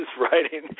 writing